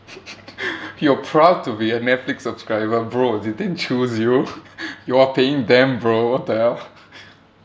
you're proud to be a netflix subscriber bro they didn't choose you you're paying them bro with the hell